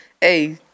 hey